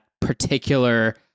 particular